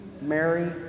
Mary